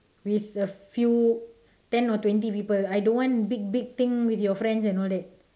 with a few ten or twenty people I don't want big big thing with your friends and all that